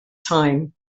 time